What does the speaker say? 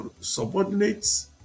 subordinates